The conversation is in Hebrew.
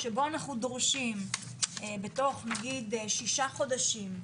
שבו אנחנו דורשים בתוך נגיד שישה חודשים,